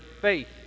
faith